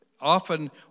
Often